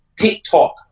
TikTok